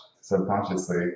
subconsciously